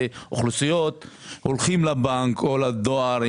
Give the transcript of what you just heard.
הולכים לבנק או לדואר.